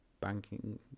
banking